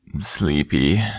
Sleepy